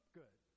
good